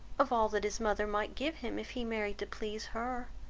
of all that his mother might give him if he married to please her.